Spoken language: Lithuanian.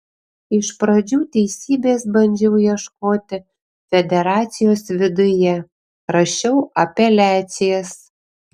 iš pradžių teisybės bandžiau ieškoti federacijos viduje rašiau apeliacijas